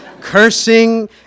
cursing